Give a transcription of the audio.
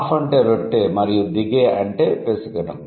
half అంటే రొట్టె మరియు దిగే అంటే పిసగడం